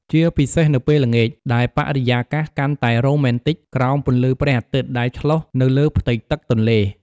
ជាពិសេសនៅពេលល្ងាច ដែលបរិយាកាសកាន់តែរ៉ូមែនទិកក្រោមពន្លឺព្រះអាទិត្យដែលឆ្លុះនៅលើផ្ទៃទឹកទន្លេ។